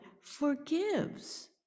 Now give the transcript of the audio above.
forgives